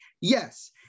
Yes